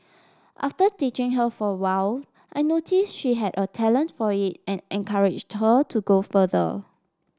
after teaching her for a while I noticed she had a talent for it and encouraged her to go further